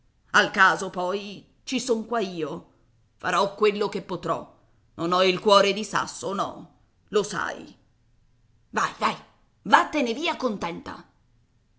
al caso poi ci son qua io farò quello che potrò non ho il cuore di sasso no lo sai vai vai vattene via contenta